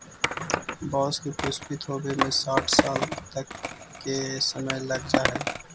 बाँस के पुष्पित होवे में साठ साल तक के समय लग जा हइ